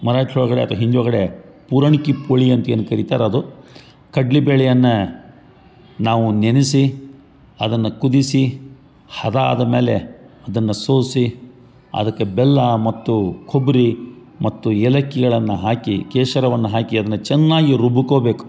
ಮರಾಟ್ರ ಒಳಗಡೆ ಅಥ್ವಾ ಹಿಂದಿ ಒಳಗಡೆ ಪೂರಣ್ಕಿ ಪೋಳಿ ಅಂತೇನು ಕರಿತಾರೆ ಅದು ಕಡ್ಲಿ ಬ್ಯಾಳಿಯನ್ನು ನಾವು ನೆನಸಿ ಅದನ್ನು ಕುದಿಸಿ ಹದ ಆದ ಮೇಲೆ ಅದನ್ನು ಸೋಸಿ ಅದಕ್ಕೆ ಬೆಲ್ಲ ಮತ್ತು ಕೊಬ್ರಿ ಮತ್ತು ಏಲಕ್ಕಿಗಳನ್ನು ಹಾಕಿ ಕೇಸರವನ್ನು ಹಾಕಿ ಅದನ್ನು ಚೆನ್ನಾಗಿ ರುಬ್ಕೊಬೇಕು